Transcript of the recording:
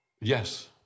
Yes